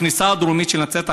הכניסה הדרומית של נצרת,